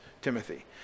Timothy